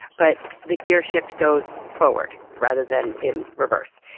but the gearshift goes forward, rather than in reverse.